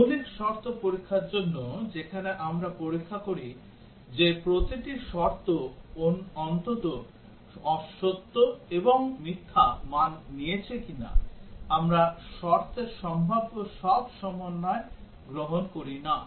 মৌলিক শর্ত পরীক্ষার জন্য যেখানে আমরা পরীক্ষা করি যে প্রতিটি শর্ত অন্তত সত্য এবং মিথ্যা মান নিয়েছে কিনা আমরা শর্তের সম্ভাব্য সব সমন্বয় গ্রহণ করি না